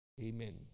Amen